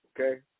okay